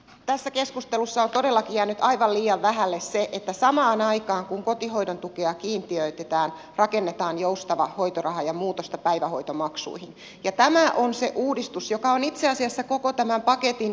tässä keskustelussa on todellakin jäänyt aivan liian vähälle se että samaan aikaan kun kotihoidon tukea kiintiöitetään rakennetaan joustava hoitoraha ja muutosta päivähoitomaksuihin ja tämä on se uudistus joka on itse asiassa koko tämän paketin ydin